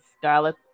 Scarlet